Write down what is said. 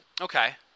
Okay